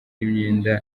imyenda